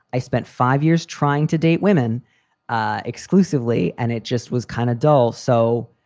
i spent five years trying to date women ah exclusively and it just was kind of dull, so.